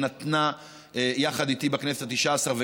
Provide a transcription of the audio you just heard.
שנתנה יחד איתי בכנסת התשע עשרה,